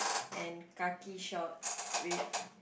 and khaki shorts with